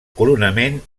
coronament